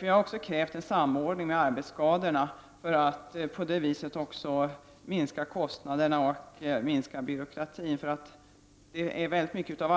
Vi har också krävt en samordning av reglerna kring arbetsskadorna för att på det viset också minska kostnaderna och byråkratin.